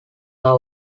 are